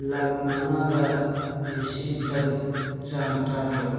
ꯂꯥꯛ ꯃꯉꯥꯒ ꯂꯤꯁꯤꯡ ꯇꯔꯨꯛ ꯆꯥꯝ ꯇꯔꯥꯇꯔꯨꯛ